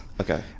Okay